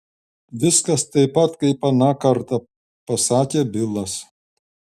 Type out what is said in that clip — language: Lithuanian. viskas taip pat kaip aną kartą pasakė bilas